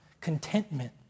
Contentment